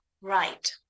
Right